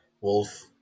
Wolf